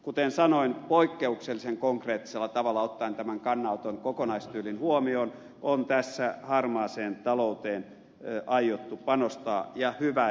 kuten sanoin poikkeuksellisen konkreettisella tavalla ottaen tämän kannanoton kokonaistyylin huomioon on tässä harmaaseen talouteen aiottu panostaa ja hyvä niin